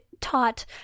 taught